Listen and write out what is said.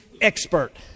expert